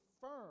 firm